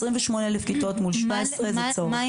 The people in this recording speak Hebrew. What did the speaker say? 28,000 כיתות מול 17,000 זה צורך.